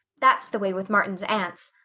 that's the way with martin's aunts.